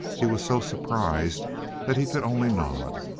he was so surprised that he could only nod.